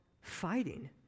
fighting